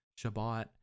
Shabbat